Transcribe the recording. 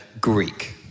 Greek